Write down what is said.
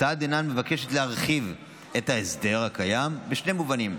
ההצעה דנן מבקשת להרחיב את ההסדר הקיים בשני מובנים: